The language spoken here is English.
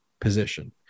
position